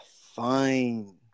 Fine